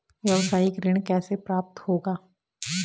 व्यावसायिक ऋण कैसे प्राप्त होगा?